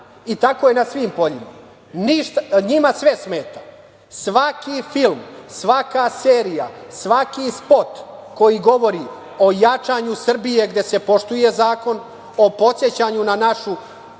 Tako je na svim poljima. Njima sve smeta. Svaki film, svaka serija, svaki spot koji govori o jačanju Srbije, gde se poštuje zakon, o podsećanju na našu